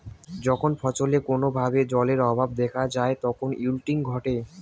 যখন ফছলে কোনো ভাবে জলের অভাব দেখা যায় তখন উইল্টিং ঘটে